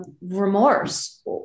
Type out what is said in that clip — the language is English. remorse